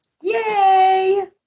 Yay